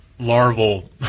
larval